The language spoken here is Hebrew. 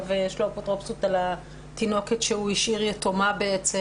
יש לו אפוטרופסות על התינוקת שהוא השאיר יתומה בעצם,